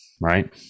Right